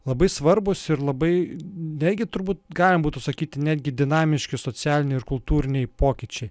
labai svarbūs ir labai netgi turbūt galima būtų sakyti netgi dinamiški socialiniai ir kultūriniai pokyčiai